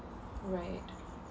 right